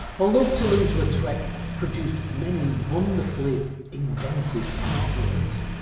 although toulouse lautrec produced many wonderfully inventive artworks,